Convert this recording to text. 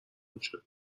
میشه